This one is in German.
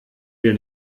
wir